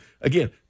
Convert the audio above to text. Again